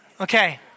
Okay